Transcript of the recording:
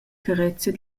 carezia